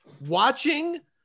watching